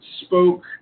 spoke